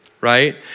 right